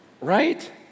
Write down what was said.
Right